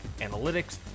analytics